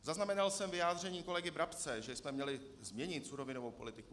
Zaznamenal jsem vyjádření kolegy Brabce, že jsme měli změnit surovinovou politiku.